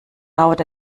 dauert